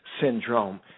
syndrome